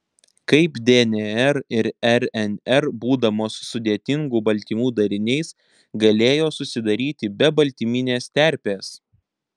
kaip dnr ir rnr būdamos sudėtingų baltymų dariniais galėjo susidaryti be baltyminės terpės